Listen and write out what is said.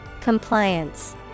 Compliance